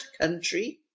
country